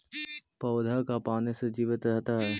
पौधा का पाने से जीवित रहता है?